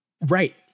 Right